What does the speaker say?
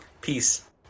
Peace